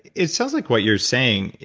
it sounds like what you're saying,